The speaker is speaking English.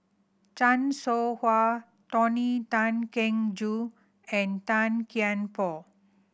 Chan Soh Ha Tony Tan Keng Joo and Tan Kian Por